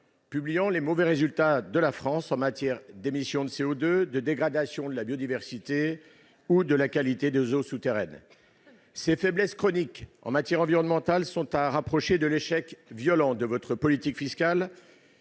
recensant les mauvais résultats de la France en matière d'émissions de CO2, de dégradation de la biodiversité ou de qualité des eaux souterraines. Ces faiblesses chroniques en matière environnementale sont à rapprocher de l'échec violent de votre politique fiscale,